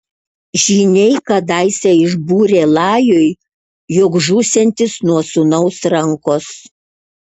žyniai kadaise išbūrė lajui jog žūsiantis nuo sūnaus rankos